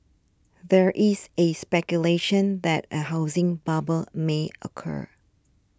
there is A speculation that a housing bubble may occur